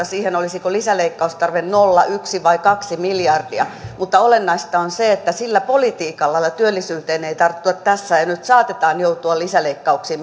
siihen olisiko lisäleikkaustarve nolla yksi vai kaksi miljardia mutta olennaista on se että sillä politiikalla jolla työllisyyteen ei tartuta tässä ja nyt saatetaan joutua lisäleikkauksiin